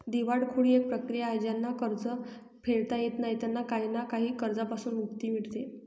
दिवाळखोरी एक प्रक्रिया आहे ज्यांना कर्ज फेडता येत नाही त्यांना काही ना काही कर्जांपासून मुक्ती मिडते